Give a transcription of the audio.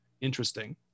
Interesting